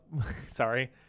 Sorry